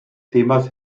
themas